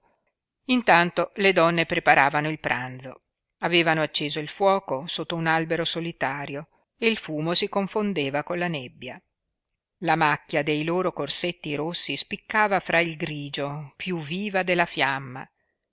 intanto le donne preparavano il pranzo avevano acceso il fuoco sotto un albero solitario e il fumo si confondeva con la nebbia la macchia dei loro corsetti rossi spiccava fra il grigio piú viva della fiamma